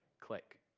click.